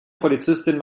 polizistin